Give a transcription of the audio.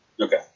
Okay